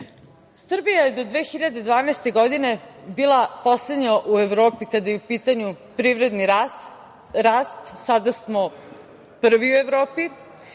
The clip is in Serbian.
evra. Srbija je do 2012. godine bila poslednja u Evropi kada je u pitanju privredni rast, sada smo prvi u Evropi,